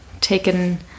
taken